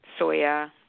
soya